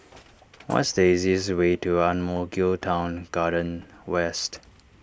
what is the easiest way to Ang Mo Kio Town Garden West